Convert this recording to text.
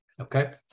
Okay